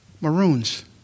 maroons